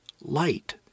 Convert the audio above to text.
light